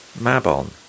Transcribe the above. Mabon